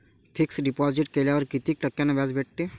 Fix deposit केल्यावर कितीक टक्क्यान व्याज भेटते?